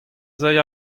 zeiz